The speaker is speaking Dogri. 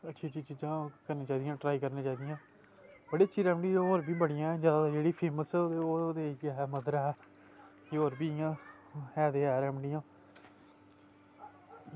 एसी एसी चीजां करनी चाही दियां ट्राई करनियां चाही दियां बड़ी चीजां होर बी बड़ियां ऐं जादा जेह्ड़ी फेमस ओह् ते इयै मध्दरा ऐ ते होर बी इयां है ते है रैमडियां